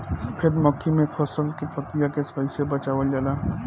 सफेद मक्खी से फसल के पतिया के कइसे बचावल जाला?